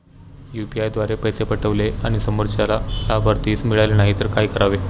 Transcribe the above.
UPI द्वारे पैसे पाठवले आणि ते समोरच्या लाभार्थीस मिळाले नाही तर काय करावे?